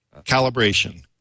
calibration